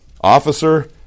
officer